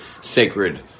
sacred